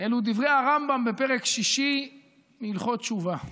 אלו דברי הרמב"ם בפרק שישי מהלכות תשובה.